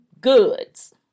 goods